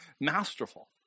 masterful